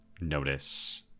notice